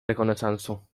rekonesansu